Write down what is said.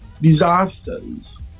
disasters